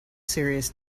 serious